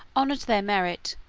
honored their merit,